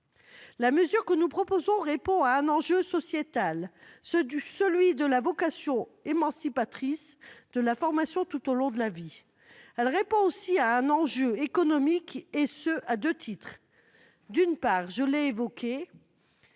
La mesure que nous proposons répond à un enjeu sociétal, celui de la vocation émancipatrice de la formation tout au long de la vie. Elle répond aussi à un enjeu économique, et ce à un double titre. D'une part, je l'ai évoqué,